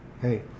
hey